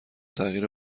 تغییر